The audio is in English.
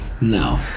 No